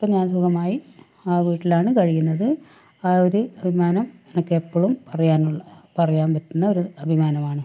ഇപ്പോൾ ഞാൻ സുഖമായി ആ വീട്ടിലാണ് കഴിയുന്നത് ആ ഒരു അഭിമാനം എനിക്കെപ്പോഴും പറയാനുള്ള പറയാൻ പറ്റുന്ന ഒരു അഭിമാനം ആണ്